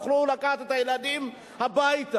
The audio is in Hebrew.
הן יוכלו לקחת את הילדים הביתה.